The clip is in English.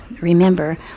Remember